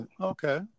okay